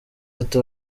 ati